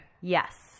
Yes